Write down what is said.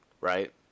right